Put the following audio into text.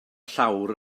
llawr